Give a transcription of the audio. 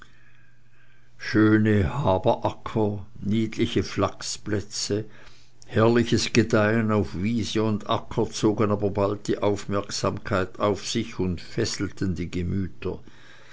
schöne haberacker niedliche flachsplätze herrliches gedeihen auf wiese und acker zogen aber bald die aufmerksamkeit auf sich und fesselten die gemüter